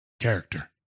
character